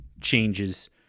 changes